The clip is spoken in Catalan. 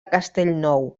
castellnou